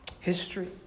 history